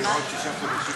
בבקשה, חברת הכנסת